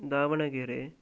Davanagere